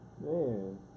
Man